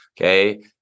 Okay